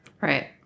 Right